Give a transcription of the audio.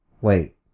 Wait